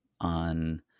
on